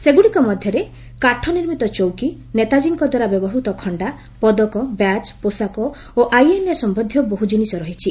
ସେଗୁଡ଼ିକ ମଧ୍ୟରେ କାଠ ନିର୍ମିତ ଚୌକି ନେତାଜ୍ଞୀଙ୍କ ଦ୍ୱାରା ବ୍ୟବହୃତ ଖଣ୍ଡା ପଦକ ବ୍ୟାଚ୍ ପୋଷାକ ଓ ଆଏନ୍ଏ ସମ୍ବନ୍ଧୀୟ ବହୁ ଜିନିଷ ରହିଛି